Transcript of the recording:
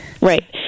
Right